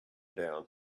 down